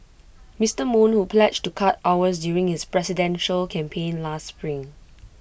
Mister moon who pledged to cut hours during his presidential campaign last spring